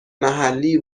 محلی